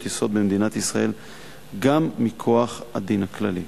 יסוד במדינת ישראל גם מכוח הדין הכללי.